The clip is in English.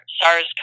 sars